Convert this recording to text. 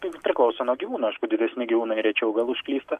tai priklauso nuo gyvūno aišku didesni gyvūnai rečiau gal užklysta